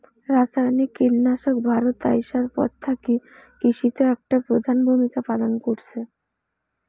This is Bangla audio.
রাসায়নিক কীটনাশক ভারতত আইসার পর থাকি কৃষিত একটা প্রধান ভূমিকা পালন করসে